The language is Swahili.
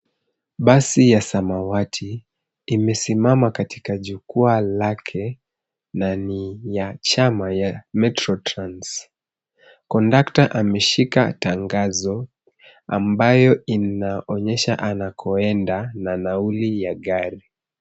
Basi ya samawati, imesimama katika jukwaa lake, na ni ya chama ya Metro Trans. Kondakta ameshika tangazo, ambayo inaonesha anakoenda na nauli ya gari.